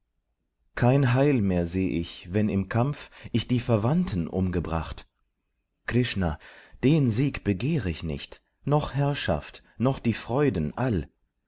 kein heil mehr seh ich wenn im kampf ich die verwandten umgebracht krishna den sieg begehr ich nicht noch herrschaft noch die freuden all